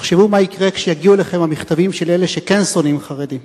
תחשבו מה יקרה כשיגיעו אליכם המכתבים של אלה שכן שונאים חרדים.